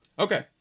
Okay